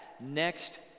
next